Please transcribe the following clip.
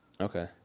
Okay